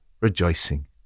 rejoicing